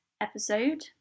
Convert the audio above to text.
episode